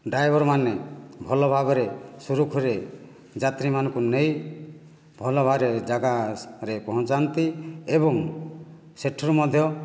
ଡ୍ରାଇଭରମାନେ ଭଲ ଭାବରେ ସୁରୁଖୁରୁରେ ଯାତ୍ରୀମାନଙ୍କୁ ନେଇ ଭଲ ଭାବରେ ଜାଗାରେ ପହଞ୍ଚାନ୍ତି ଏବଂ ସେଠାରୁ ମଧ୍ୟ